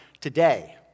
Today